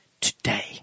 today